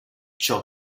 ciò